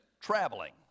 traveling